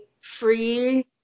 free